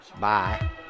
Bye